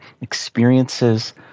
experiences